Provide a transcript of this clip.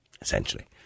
essentially